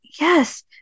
Yes